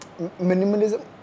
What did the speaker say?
Minimalism